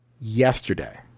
yesterday